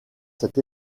cet